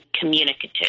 communicative